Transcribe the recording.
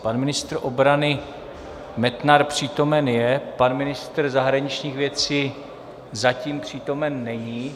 Pan ministr obrany Metnar přítomen je , pan ministr zahraničních věcí zatím přítomen není.